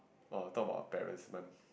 or talk about parents ment